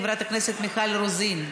חברת הכנסת מיכל רוזין,